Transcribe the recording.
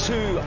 Two